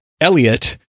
Elliot